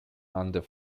under